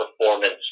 performance